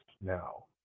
now